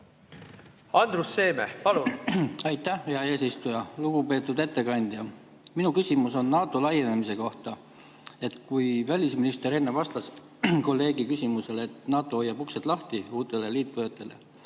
Andrus Seeme, palun!